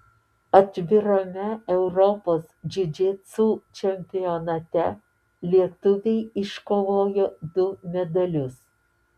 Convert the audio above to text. atvirame europos džiudžitsu čempionate lietuviai iškovojo du medalius